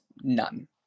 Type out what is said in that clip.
none